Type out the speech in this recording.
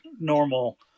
normal